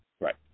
right